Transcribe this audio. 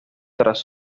tras